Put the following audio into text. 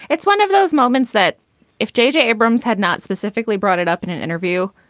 it's one of those moments that if j j. abrams had not specifically brought it up in an interview,